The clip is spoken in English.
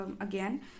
again